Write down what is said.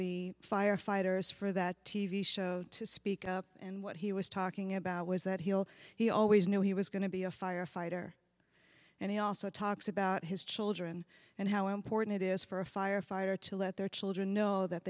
the firefighters for that t v show to speak up and what he was talking about was that he'll he always knew he was going to be a firefighter and he also talks about his children and how important it is for a firefighter to let their children know that